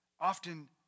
often